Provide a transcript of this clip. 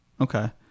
Okay